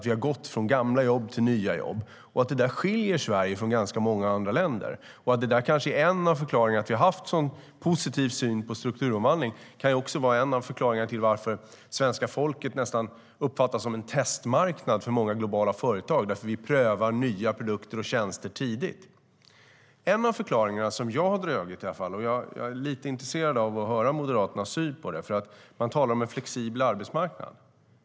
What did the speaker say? Vi har gått från gamla jobb till nya jobb. Detta skiljer Sverige från ganska många andra länder. Det kanske är en av förklaringarna till att vi har haft en så positiv syn på strukturomvandling. Det kan också vara en av förklaringarna till att svenska folket nästan uppfattas som en testmarknad för många globala företag, därför att vi prövar nya produkter och tjänster tidigt. Jag har kommit fram till en förklaring, och jag är lite intresserad av att höra Moderaternas syn på den eftersom man talar om en flexibel arbetsmarknad.